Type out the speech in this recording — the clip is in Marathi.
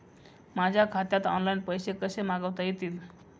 माझ्या खात्यात ऑनलाइन पैसे कसे मागवता येतील?